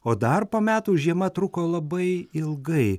o dar po metų žiema truko labai ilgai